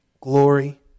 glory